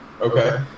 Okay